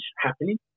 happening